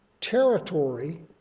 territory